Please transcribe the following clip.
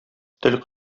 тел